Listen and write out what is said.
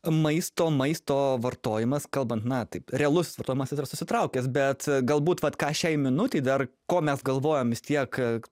maisto maisto vartojimas kalbant na taip realus vartojimas jis yra susitraukęs bet galbūt vat ką šiai minutei dar ko mes galvojam vis tiek